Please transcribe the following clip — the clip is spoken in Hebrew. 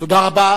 תודה רבה.